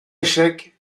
échec